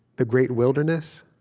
the great wilderness?